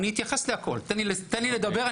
תן לי לדבר,